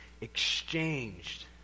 exchanged